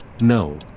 No